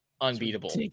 unbeatable